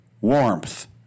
warmth